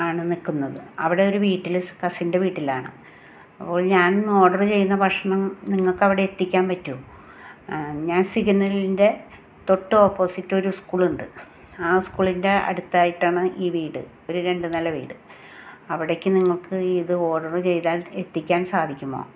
ആണ് നിൽക്കുന്നത് അവിടെ ഒര് വീട്ടില് സ് കസിൻ്റെ വീട്ടിലാണ് അപ്പോൾ ഞാൻ ഓർഡറ് ചെയ്യുന്ന ഭക്ഷണം നിങ്ങൾക്കവിടെ എത്തിക്കാൻ പറ്റുവോ ഞാൻ സിഗ്നലിൻ്റെ തൊട്ട് ഓപ്പോസിറ്റ് ഒരു സ്കൂളുണ്ട് ആ സ്കൂളിൻ്റെ അടുത്തായിട്ടാണ് ഈ വീട് ഒര് രണ്ട് നില വീട് അവിടെക്ക് നിങ്ങൾക്ക് ഇത് ഓർഡറ് ചെയ്താൽ എത്തിക്കാൻ സാധിക്കുമോ